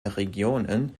regionen